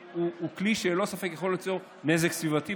כלי שללא ספק יכול ליצור נזק סביבתי,